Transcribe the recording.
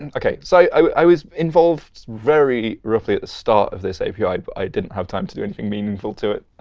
and ok. so i was involved very roughly at the start of this api. but i didn't have time to do anything meaningful to it.